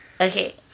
okay